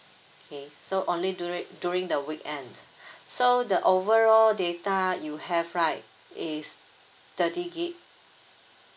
okay so only during during the weekend so the overall data you have right is thirty gigabyte